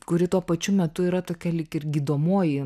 kuri tuo pačiu metu yra tokia lyg ir gydomoji